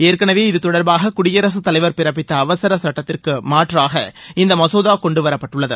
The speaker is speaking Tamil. ஏற்கனவே இததொடர்பாக குடியரசுத் தலைவர் பிறப்பித்த அவசர சட்டத்திற்கு மாற்றாக இந்த மசோதா கொண்டுவரப்பட்டுள்ளது